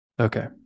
Okay